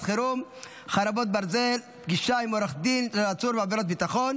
חירום (חרבות ברזל) (פגישה עם עורך דין של עצור בעבירת ביטחון)